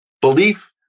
belief